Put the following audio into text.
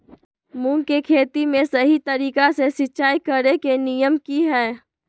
मूंग के फसल में सही तरीका से सिंचाई करें के नियम की हय?